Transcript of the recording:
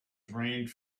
drained